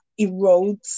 erodes